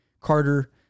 Carter